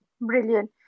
brilliant